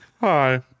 Hi